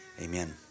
Amen